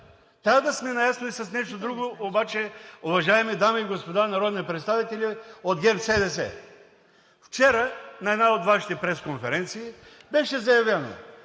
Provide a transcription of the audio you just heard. Трябва да сме наясно и с нещо друго обаче, уважаеми дами и господа народни представители от ГЕРБ-СДС, вчера на една от Вашите пресконференции беше заявено,